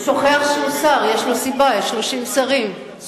גם לא ראוי שהנושא הוא מדיניות החוץ,